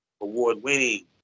award-winning